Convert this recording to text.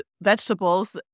vegetables